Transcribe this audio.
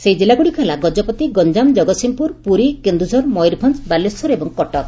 ସେହିଜିଲ୍ଲାଗୁଡ଼ିକ ହେଲା ଗଜପତି ଗଞ୍ଠାମ ଜଗତସିଂହପୁର ପୁରୀ କେନ୍ଦୁଝର ମୟରଭଞ ବାଲେଶ୍ୱର ଏବଂ କଟକ